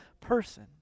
person